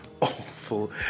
awful